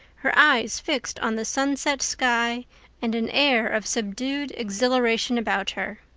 her eyes fixed on the sunset sky and an air of subdued exhilaration about her.